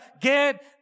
get